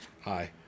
Hi